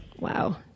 Wow